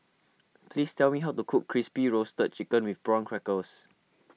please tell me how to cook Crispy Roasted Chicken with Prawn Crackers